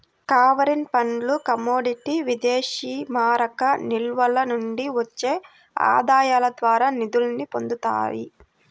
sovereign ఫండ్లు commodity విదేశీమారక నిల్వల నుండి వచ్చే ఆదాయాల ద్వారా నిధుల్ని పొందుతాయి